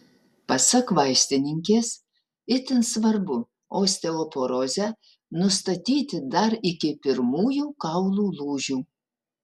pasak vaistininkės itin svarbu osteoporozę nustatyti dar iki pirmųjų kaulų lūžių